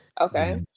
okay